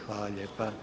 Hvala lijepa.